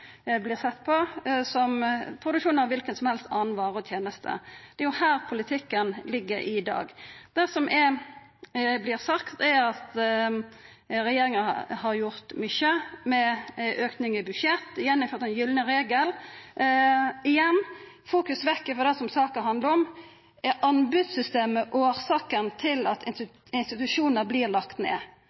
sett på som produksjon av alle slags andre varer og tenester. Det er her politikken ligg i dag. Det som vert sagt, er at regjeringa har gjort mykje – auka budsjett, gjennomført den gylne regel. Igjen tar ein fokus vekk frå det som saka handlar om: Er anbodssystemet årsaka til at institusjonar vert lagde ned?